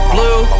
Blue